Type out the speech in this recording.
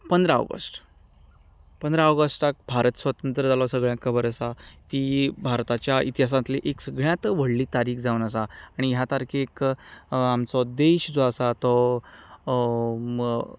पंदरा ऑगस्ट पंदरा ऑगस्टाक भारत स्वतंत्र जालो सगल्याक खबर आसा ती भारताच्या इतिहासांतली एक सगळ्यांत व्हडली तारीख जावन आसा आनी ह्या तारखेक आमचो देश जो आसा तो